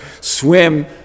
swim